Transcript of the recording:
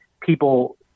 people